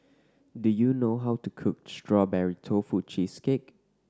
do you know how to cook Strawberry Tofu Cheesecake